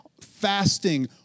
fasting